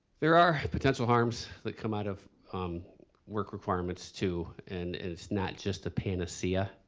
there are potential harms that come out of work requirements too. and it's not just a panacea.